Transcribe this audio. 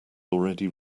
already